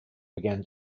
began